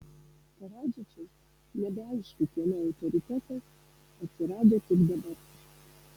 karadžičius nebeaišku kieno autoritetas atsirado tik dabar